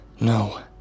No